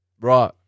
Right